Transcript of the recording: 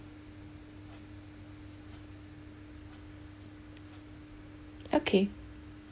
okay